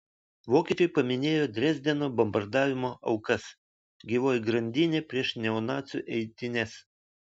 vokiečiai paminėjo dresdeno bombardavimo aukas gyvoji grandinė prieš neonacių eitynes